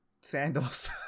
sandals